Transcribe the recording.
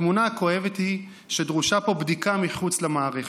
התמונה הכואבת היא שדרושה פה בדיקה מחוץ למערכת.